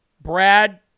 Brad